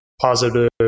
positive